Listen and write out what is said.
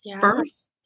first